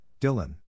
Dylan